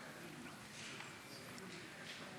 קצבת אזרח ותיק),